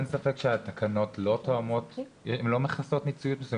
אין ספק שהתקנות לא מכסות מציאות מסוימת.